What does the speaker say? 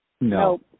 No